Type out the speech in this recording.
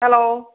hello